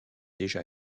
déjà